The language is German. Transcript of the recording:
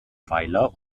weiler